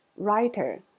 writer